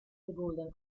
golden